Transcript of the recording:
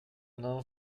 mną